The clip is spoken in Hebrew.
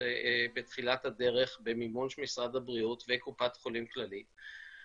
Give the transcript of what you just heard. בתחילת הדרך במימון של משרד הבריאות וקופת חולים כללית.